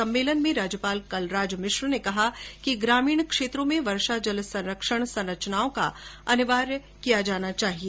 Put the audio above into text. सम्मेलन में राज्यपाल कलराज मिश्र ने कहा कि ग्रामीण क्षेत्रो में वर्षा जल संरक्षण संरचनाओं का अनिवार्य किया जाना चाहिए